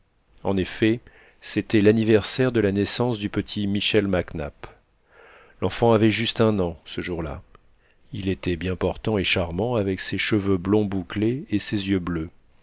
en effet c'était l'anniversaire de la naissance du petit michel mac nap l'enfant avait juste un an ce jour là il était bien portant et charmant avec ses cheveux blonds bouclés et ses yeux bleus